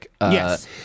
Yes